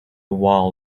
wall